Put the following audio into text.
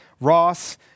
Ross